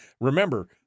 remember